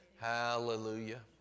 Hallelujah